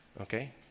Okay